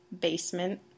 Basement